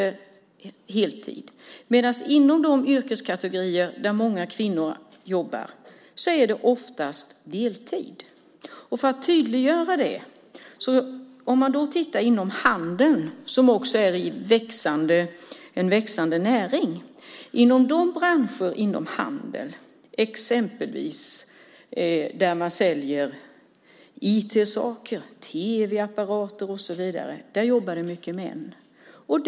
Inom de yrkeskategorier där många kvinnor jobbar är det däremot oftast deltid. För att tydliggöra det kan man titta på handeln, som också är en växande näring. Där man exempelvis säljer IT-saker och tv-apparater jobbar många män.